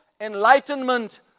enlightenment